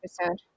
episode